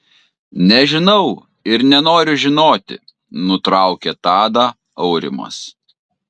nežinau ir nenoriu žinoti nutraukė tadą aurimas